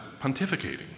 pontificating